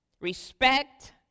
respect